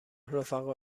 رفقا